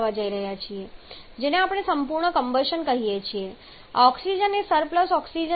જેને આપણે સંપૂર્ણ કમ્બશન કહીએ છીએ આ ઓક્સિજન એ સરપ્લસ ઓક્સિજન છે